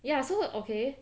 ya so okay